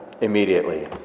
immediately